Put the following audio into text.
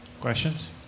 Questions